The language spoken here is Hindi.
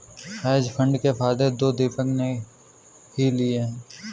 हेज फंड के फायदे तो दीपक ने ही लिए है